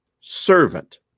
servant